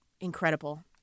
incredible